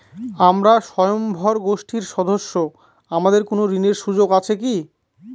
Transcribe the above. আমরা স্বয়ম্ভর গোষ্ঠীর সদস্য আমাদের কোন ঋণের সুযোগ আছে কি?